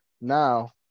now